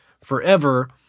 forever